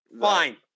Fine